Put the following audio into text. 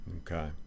Okay